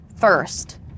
first